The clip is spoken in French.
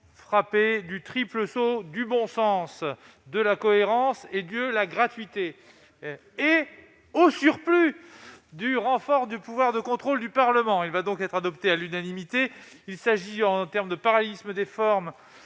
frappé du triple saut du bon sens, de la cohérence et que la gratuité et au surplus du renfort du pouvoir de contrôle du Parlement, il va donc être adopté à l'unanimité, il s'agit, en termes de parallélisme des formes